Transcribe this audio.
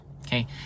okay